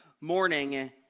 morning